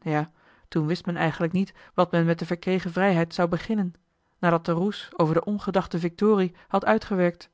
ja toen wist men eigenlijk niet wat men met de verkregen vrijheid zou beginnen nadat de roes over de ongedachte victorie had uitgewerkt